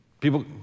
People